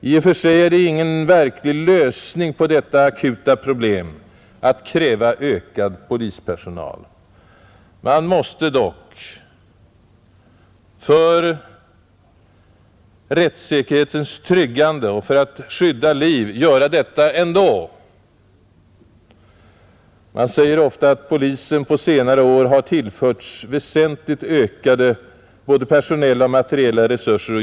I och för sig är det ingen verklig lösning på detta akuta problem att kräva ökad polispersonal. Man måste dock för rättssäkerhetens tryggande och för att skydda liv göra detta ändå. Man säger ofta att polisen på senare år har tillförts väsentligt ökade både personella och materiella resurser.